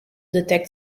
detect